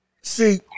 See